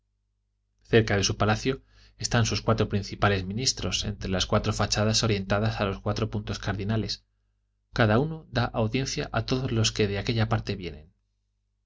cerca de su palacio están sus cuatro principales ministros en las cuatro fachadas orientadas a los cuatro puntos cardinales cada uno da audiencia a todos los que de aquella parte vienen